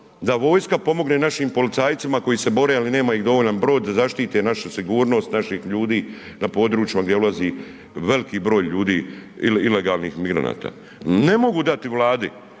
da vojska pomogne našim policajcima koji se bore ali nema ih dovoljan broj da zaštite našu sigurnost naših ljudi na područjima gdje ulazi veliki broj ljudi ilegalnih migranata. Ne mogu dati Vladi